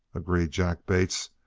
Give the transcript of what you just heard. agreed jack bates.